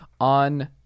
on